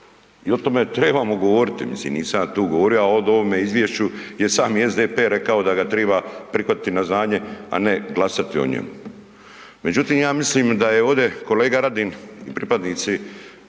I o tome trebamo govoriti, nisam ja tu govorio, a o ovome izvješću je sami SDP rekao da ga triba prihvatiti na znanje, a ne glasati o njemu. Međutim, ja mislim da je ovdje kolega Radin pripadnici